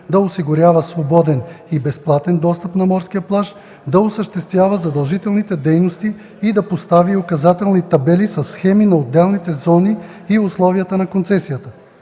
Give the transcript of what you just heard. да осигурява свободен и безплатен достъп на морския плаж, да осъществява задължителните дейности и да постави указателни табели със схеми на отделните зони и условията на концесията.”